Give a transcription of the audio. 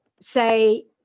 say